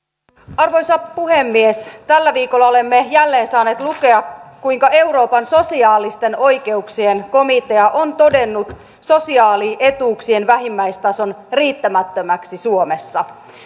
arvoisa puhemies tällä viikolla olemme jälleen saaneet lukea kuinka euroopan sosiaalisten oikeuksien komitea on todennut sosiaalietuuksien vähimmäistason riittämättömäksi suomessa